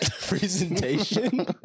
presentation